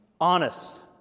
Honest